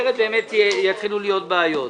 אין פנייה מס' 154 אושרה.